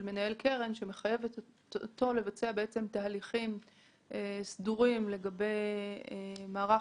מנהל קרן שמחייבת אותו לבצע תהליכים סדורים לגבי מערך